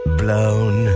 blown